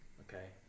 okay